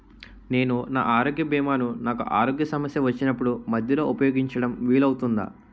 నేను నా ఆరోగ్య భీమా ను నాకు ఆరోగ్య సమస్య వచ్చినప్పుడు మధ్యలో ఉపయోగించడం వీలు అవుతుందా?